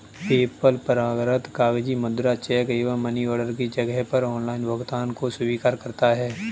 PayPal परंपरागत कागजी मुद्रा, चेक एवं मनी ऑर्डर के जगह पर ऑनलाइन भुगतान को स्वीकार करता है